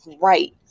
right